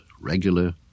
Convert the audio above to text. regular